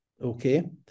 okay